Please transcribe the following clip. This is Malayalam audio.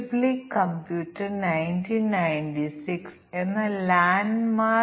അതിനാൽ ഈ സാഹചര്യങ്ങളിൽ തുല്യത ക്ലാസ് പാർട്ടീഷനുകൾ നമുക്ക് എങ്ങനെ ലഭിക്കും എന്നത് ബുദ്ധിമുട്ടാണ്